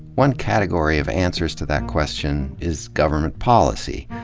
one category of answers to that question is government policy,